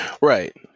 Right